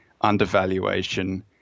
undervaluation